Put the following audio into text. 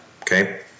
okay